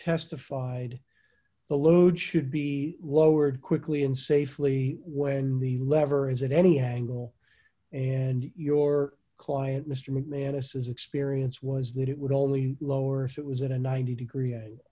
testified the load should be lowered quickly and safely when the lever is at any angle and your client mr mcmanus has experience was that it would only lower so it was at a ninety degree